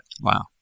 Wow